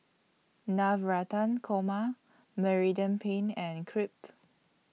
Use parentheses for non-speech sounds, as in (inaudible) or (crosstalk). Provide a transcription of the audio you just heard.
Navratan Korma (unintelligible) Penne and Crepe (unintelligible)